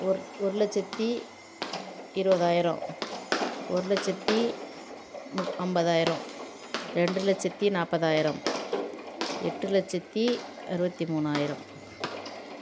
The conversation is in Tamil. ஒரு ஒரு லட்சத்து இருபதாயிரம் ஒரு லட்சத்து நு ஐம்பதாயிரம் ரெண்டு லட்சத்து நாற்பதாயிரம் எட்டு லட்சத்து அறுபத்தி மூணாயிரம்